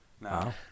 No